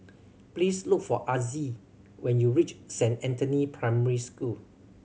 please look for Azzie when you reach Saint Anthony Primary School